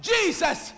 Jesus